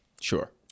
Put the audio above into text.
Sure